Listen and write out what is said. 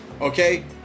okay